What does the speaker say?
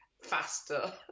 faster